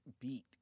beat